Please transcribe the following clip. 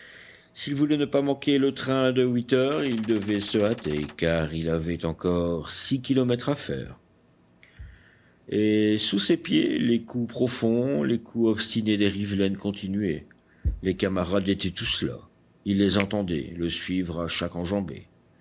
s'il voulait ne pas manquer le train de huit heures il devait se hâter car il avait encore six kilomètres à faire et sous ses pieds les coups profonds les coups obstinés des rivelaines continuaient les camarades étaient tous là il les entendait le suivre à chaque enjambée